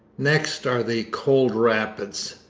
next are the cold rapids,